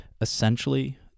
essentially